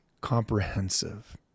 comprehensive